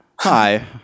hi